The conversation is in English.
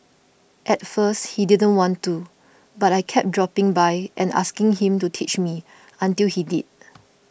at first he didn't want to but I kept dropping by and asking him to teach me until he did